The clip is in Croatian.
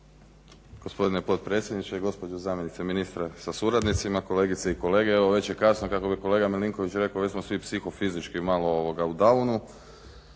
Gospodine potpredsjedniče, gospođo zamjenice ministra sa suradnicima, kolegice i kolege. Evo već je kasno, kako bi kolega Milinković rekao već smo svi psihofizički malo u downu